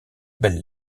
belles